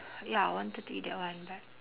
ya I wanted to eat that one but